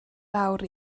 fawr